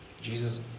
Jesus